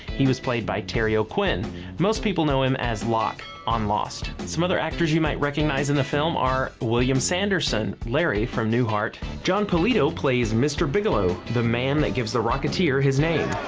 he was played by terry o'quinn most people know him as locke on lost. some other actors you might recognize in the film are william sanderson, larry from newhart jon polito plays mr. bigelow the man that gives the rocketeer his name